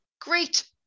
Great